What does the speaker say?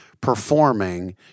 performing